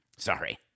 sorry